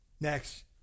Next